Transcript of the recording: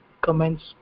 comments